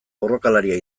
borrokalaria